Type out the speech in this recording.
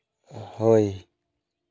ᱦᱳᱭ